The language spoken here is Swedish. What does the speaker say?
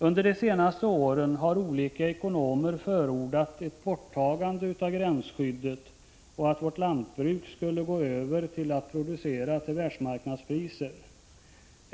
Under de senaste åren har olika ekonomer förordat ett borttagande av gränsskyddet och att vårt lantbruk skulle gå över till att producera till världsmarknadspriser.